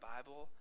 Bible